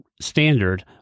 standard